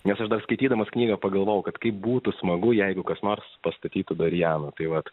nes aš dar skaitydamas knygą pagalvojau kad kaip būtų smagu jeigu kas nors pastatytų dorijaną tai vat